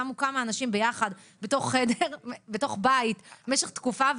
שמו כמה אנשים ביחד בתוך בית במשך תקופה,